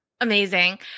Amazing